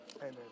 amen